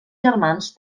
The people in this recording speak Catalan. germans